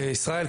ישראל,